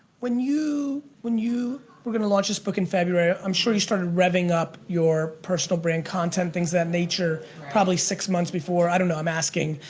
when you when you were gonna launch this book in february, i'm sure you starting revving up your personal brand content, things of that nature probably six months before, i don't know, i'm asking.